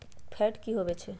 Fat की होवछै?